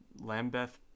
Lambeth